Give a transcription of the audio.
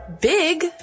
Big